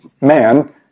man